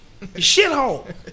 shithole